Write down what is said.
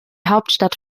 hauptstadt